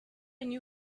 new